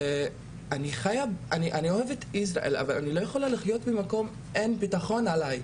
אני אוהבת את ישראל אבל אני לא יכולה לחיות במקום שבו אין לי ביטחון.